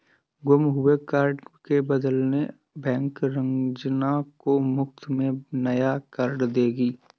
गुम हुए कार्ड के बदले बैंक रंजना को मुफ्त में नया कार्ड देगी